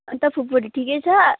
अनि त फुपूहरू ठिकै छ